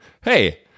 Hey